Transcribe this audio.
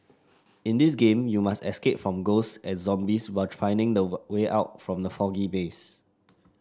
in this game you must escape from ghost and zombies while finding the were way out from the foggy maze